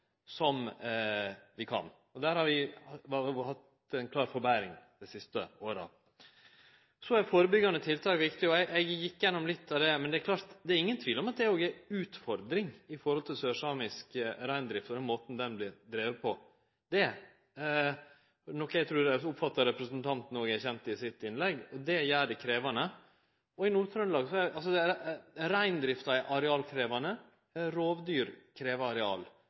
som vi kan. Der har vi hatt ei klar forbetring dei siste åra. Førebyggjande tiltak er viktige. Eg gjekk gjennom litt av det. Men det er ingen tvil om at det òg er ei utfordring med omsyn til sørsamisk reindrift og den måten ho blir gjord på. Det er noko eg oppfattar at representanten Lødemel òg erkjende i sitt innlegg. Det gjer det krevjande. I Nord-Trøndelag er reindrifta arealkrevjande, rovdyr krev areal, og det er ingen tvil om at det er eitt av fylka der det